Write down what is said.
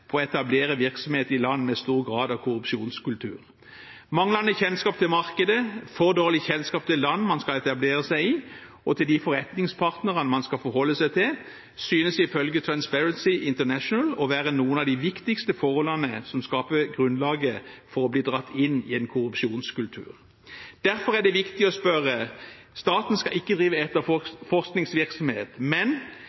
på å etablere virksomhet i land med stor grad av korrupsjonskultur. Manglende kjennskap til markedet, for dårlig kjennskap til landet man skal etablere seg i, og til de forretningspartnerne man skal forholde seg til, synes ifølge Transparency International å være noen av de viktigste forholdene som skaper grunnlaget for å bli dratt inn i en korrupsjonskultur. Derfor er det viktig å spørre: Staten skal ikke drive